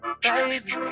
Baby